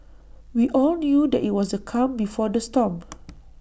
we all knew that IT was the calm before the storm